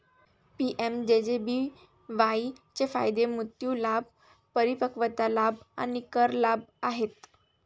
PMJJBY चे फायदे मृत्यू लाभ, परिपक्वता लाभ आणि कर लाभ आहेत